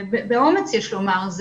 באומץ יש לומר,